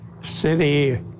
city